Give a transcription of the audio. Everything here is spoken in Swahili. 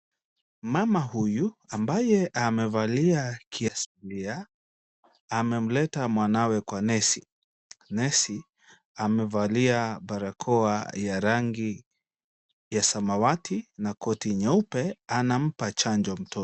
Mama huyu ambaye amevalia kiasilia, amemuleta mwanawe kwa nesi. Nesi amevalia barakoa ya rangi ya samawati na koti nyeupe anampa chanjo mtoto.